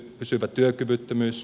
pysyvä työkyvyttömyys